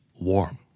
warm